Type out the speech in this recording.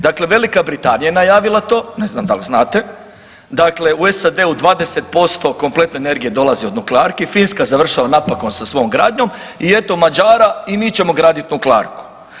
Dakle, Velika Britanija je najavila to, ne znam dal znate, dakle u SAD-u 20% kompletne energije dolazi od nuklearki, Finska završava napokon sa svojom gradnjom i eto Mađara i mi ćemo gradit nuklearku.